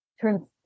Turns